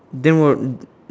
then what